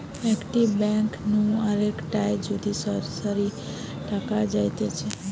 একটি ব্যাঙ্ক নু আরেকটায় যদি সরাসরি টাকা যাইতেছে